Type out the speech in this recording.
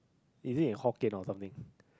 is it in hokkien or something